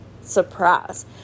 surprise